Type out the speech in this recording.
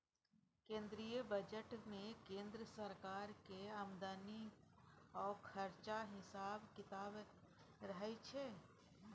केंद्रीय बजट मे केंद्र सरकारक आमदनी आ खरचाक हिसाब किताब रहय छै